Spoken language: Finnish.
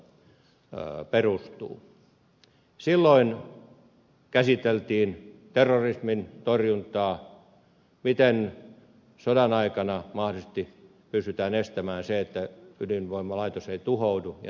silloin käsiteltiin terrorismin torjuntaa miten sodan aikana mahdollisesti pystytään estämään se että ydinvoimalaitos ei tuhoudu ja niin edelleen